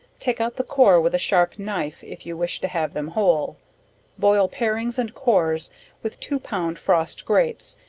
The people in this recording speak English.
take out the core with a sharp knife, if you wish to have them whole boil parings and cores with two pound frost grapes,